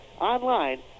Online